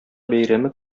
бәйрәме